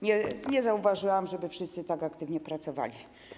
Nie zauważyłam, żeby wszyscy tak aktywnie pracowali.